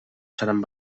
seran